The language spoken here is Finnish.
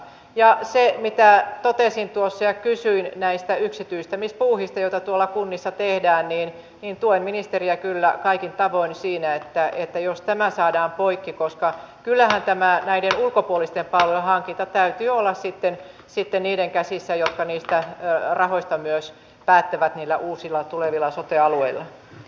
ja kun totesin tuossa ja kysyin näistä yksityistämispuuhista joita tuolla kunnissa tehdään niin tuen ministeriä kyllä kaikin tavoin siinä että tämä saadaan poikki koska kyllähän näiden ulkopuolisten palvelujen hankinnan täytyy olla sitten niiden käsissä jotka niistä rahoista myös päättävät niillä uusilla tulevilla sote alueilla